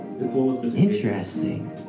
interesting